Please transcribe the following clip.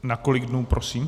Na kolik dnů, prosím?